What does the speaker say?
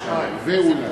למה שניים?